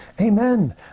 Amen